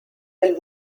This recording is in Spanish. del